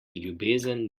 ljubezen